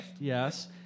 Yes